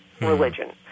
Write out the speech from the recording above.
religion